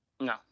No